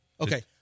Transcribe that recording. Okay